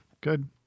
good